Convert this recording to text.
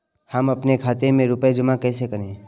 हम अपने खाते में रुपए जमा कैसे करें?